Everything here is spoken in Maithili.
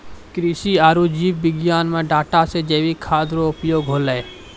कृषि आरु जीव विज्ञान मे डाटा से जैविक खाद्य रो उपयोग होलै